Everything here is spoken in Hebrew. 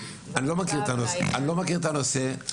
אני לא מכיר את הנושא,